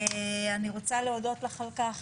אני רוצה להודות על כך